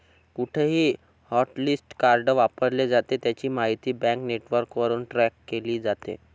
कुठेही hotlist card वापरले जाते, त्याची माहिती बँक नेटवर्कवरून ट्रॅक केली जाते